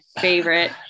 favorite